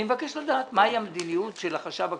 אני מבקש לדעת מהי המדיניות של החשב הכללי.